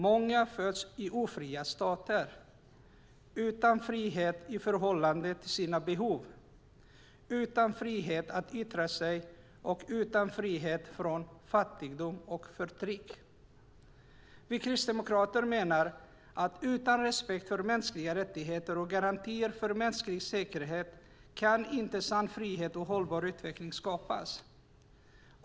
Många föds i ofria stater utan frihet i förhållande till sina behov, utan frihet att yttra sig och utan frihet från fattigdom och förtryck. Vi kristdemokrater menar att utan respekt för mänskliga rättigheter och garantier för mänsklig säkerhet kan sann frihet och hållbar utveckling inte skapas.